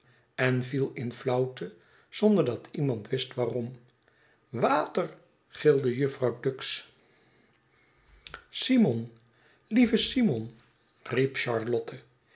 en viel in flauwte zonder dat iemand wist waarom water gilde jufvrouw tuggs simon